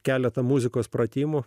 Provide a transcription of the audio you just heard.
keletą muzikos pratimų